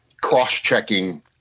cross-checking